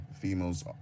females